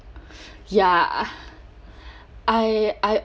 ya ah I I